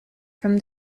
from